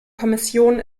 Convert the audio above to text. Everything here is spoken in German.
kommission